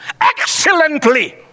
Excellently